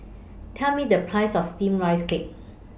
Tell Me The Price of Steamed Rice Cake